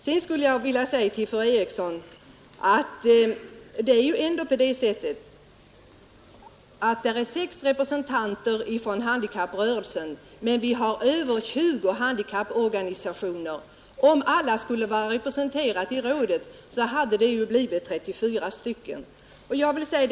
Det är ändå på det sättet, fru Eriksson, att sex representanter från handikapprörelsen sitter med i statens handikappråd. Det finns över tjugo handikapporganisationer. Om alla skulle vara representerade i rådet hade det blivit 34 representanter eller mer.